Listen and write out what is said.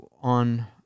on